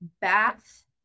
bath